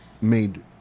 made